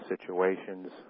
situations